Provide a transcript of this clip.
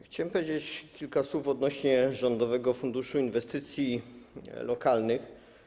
Chciałem powiedzieć kilka słów odnośnie do Rządowego Funduszu Inwestycji Lokalnych.